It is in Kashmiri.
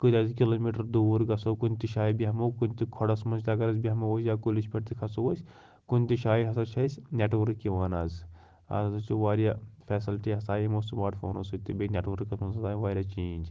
کۭتیاہ تہِ کِلوٗمیٖٹَر دوٗر گَژھو کُنہِ تہِ شایہِ بیٚہمو کُنہِ تہِ کھۄڈَس منٛز تہِ اگر أسۍ بیٚہمو أسۍ یا کُلِس پٮ۪ٹھ تہِ کھژو أسۍ کُنہِ تہِ شایہِ ہَسا چھِ اسہِ نیٚٹؤرٕک یِوان آز آز ہَسا چھِ وارِیاہ فیسَلٹی ہَسا آیہِ یِمو سمارٹ فونو سۭتۍ تہِ بیٚیہِ نیٚٹؤرٕکَس منٛز ہَسا آیہِ واریاہ چینٛج